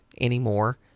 anymore